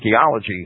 archaeology